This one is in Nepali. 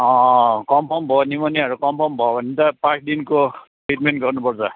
कन्फर्म भयो निमोनियाहरू कन्फर्म भयो भने त पाँच दिनको ट्रिटमेन्ट गर्नुपर्छ